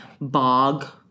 bog